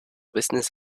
business